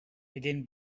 again